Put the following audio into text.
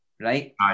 right